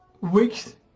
weeks